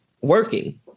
working